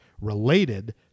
related